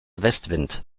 westwind